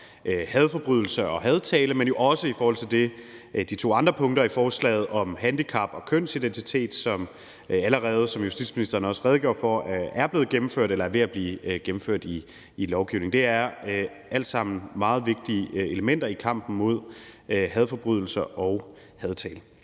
hadforbrydelser og hadtale, men også i forhold til de to andre punkter i forslaget om handicap og kønsidentitet, som allerede, som justitsministeren også redegjorde for, er blevet gennemført eller er ved at blive gennemført i lovgivningen. Det er alt sammen meget vigtige elementer i kampen mod hadforbrydelser og hadtale.